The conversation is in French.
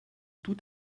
tout